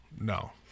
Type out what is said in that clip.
no